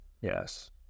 yes